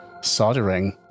soldering